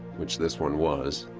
which this one was.